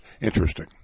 interesting